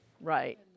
Right